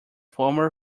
former